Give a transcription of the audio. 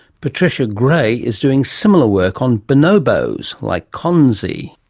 patricia gray is doing similar work on bonobos, like kanzi.